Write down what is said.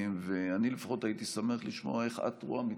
אני לפחות הייתי שמח לשמוע איך את רואה את